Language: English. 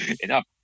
enough